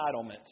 entitlement